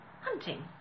hunting